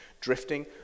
drifting